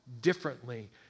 differently